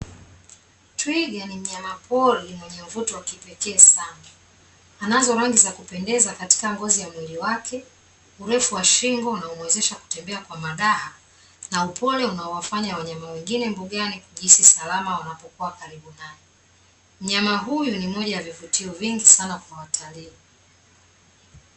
Twiga ni mnyama pori mwenye mvuto wa kipekee sana. Anazo rangi ya kupendeza katika ngozi ya mwili wake, urefu wa shingo unaomwezesha kutembea kwa madaha na upole unaowafanya wanyama wengine mbugani kujihisi salama wanapokua karibu naye. Mnyama huyu ni moja ya vivutio vingi sana kwa watalii.